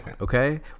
okay